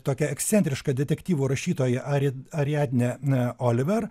tokia ekscentriška detektyvų rašytoja ari ariadnė oliver